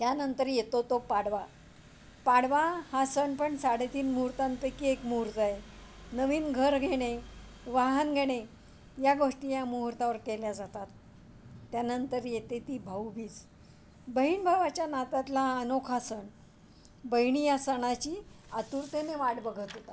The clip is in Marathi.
त्यानंतर येतो तो पाडवा पाडवा हा सण पण साडेतीन मुहुर्तांपैकी एक मुहुर्त आहे नवीन घर घेणे वाहन घेणे या गोष्टी या मुहूर्तावर केल्या जातात त्यानंतर येते ती भाऊबीज बहीण भावाच्या नात्यातला हा अनोखा सण बहिणी या सणाची आतुरतेने वाट बघत होतात